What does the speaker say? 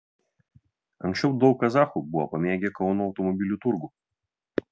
anksčiau daug kazachų buvo pamėgę kauno automobilių turgų